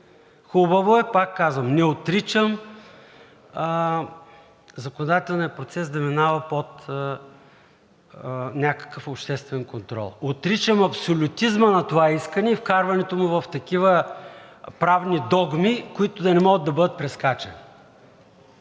Хубаво е, пак казвам, не отричам законодателния процес да минава под някакъв обществен контрол. Отричам абсолютизма на това искане и вкарването му в такива правни догми, които да не могат да бъдат прескачани.